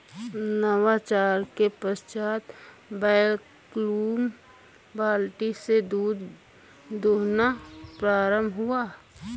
नवाचार के पश्चात वैक्यूम बाल्टी से दूध दुहना प्रारंभ हुआ